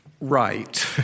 right